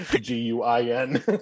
G-U-I-N